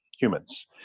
humans